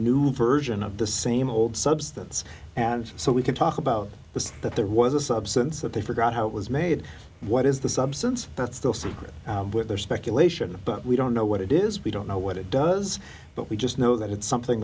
new version of the same old substance and so we can talk about this is that there was a substance that they forgot how it was made what is the substance that's the secret but there's speculation but we don't know what it is we don't know what it does but we just know that it's something